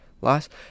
last